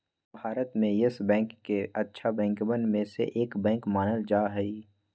भारत में Yes Bank के अच्छा बैंकवन में से एक मानल जा हई